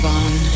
on